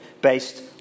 based